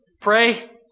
pray